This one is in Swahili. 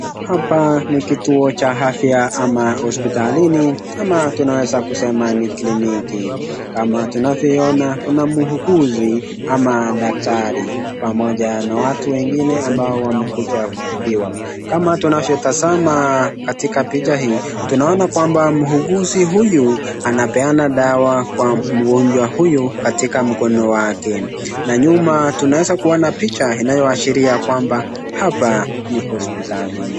Hapa ni kituo cha afya ama hospitalini ama tunaweza kusema ni kliniki. Kama tunavyoiona kuna muuguzi ama daktari pamoja na watu wengine ambao wamekuja kutibiwa. Kama tunavyotazama katika picha hii, tunaona kwamba muuguzi huyu anapeana dawa kwa mgonjwa huyu katika mkono wake. Na nyuma tunaweza kuona picha inayoashiria kwamba hapa ni hospitalini.